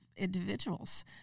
individuals